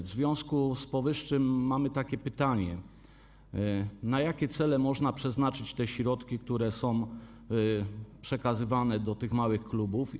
W związku z powyższym mamy takie pytanie: Na jakie cele można przeznaczyć te środki, które są przekazywane małym klubom?